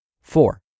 Four